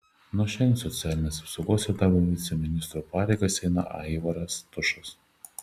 nuo šiandien socialinės apsaugos ir darbo viceministro pareigas eina aivaras tušas